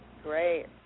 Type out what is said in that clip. Great